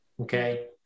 Okay